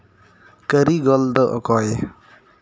ᱠᱟᱹᱨᱤᱜᱚᱞ ᱫᱚ ᱚᱠᱚᱭ